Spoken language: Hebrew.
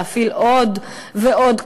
להפעיל עוד ועוד כוח.